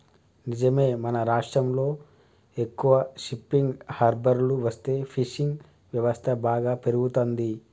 నిజమే మన రాష్ట్రంలో ఎక్కువ షిప్పింగ్ హార్బర్లు వస్తే ఫిషింగ్ వ్యవస్థ బాగా పెరుగుతంది